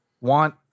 want